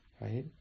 Right